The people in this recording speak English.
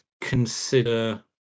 consider